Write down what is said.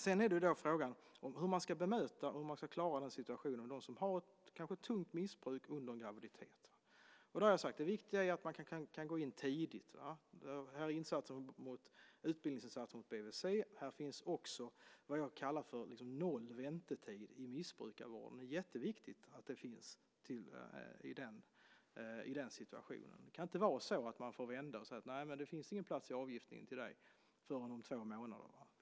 Sedan är frågan hur man ska bemöta dem som kanske har ett tungt missbruk under en graviditet och klara den situationen. Där har jag sagt att det viktiga är att man kan gå in tidigt. Här finns utbildningsinsatser mot BVC. Här finns också vad jag kallar för noll väntetid i missbrukarvården. Det är jätteviktigt i den situationen. Det kan inte vara så att man får vända med orden: Det finns ingen plats i avgiftningen till dig förrän om två månader.